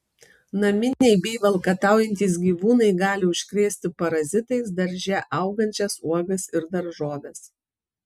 naminiai bei valkataujantys gyvūnai gali užkrėsti parazitais darže augančias uogas ir daržoves